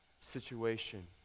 situation